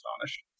astonished